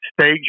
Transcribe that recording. stage